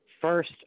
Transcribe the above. first